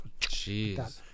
Jeez